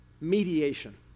mediation